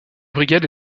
brigade